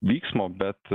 vyksmo bet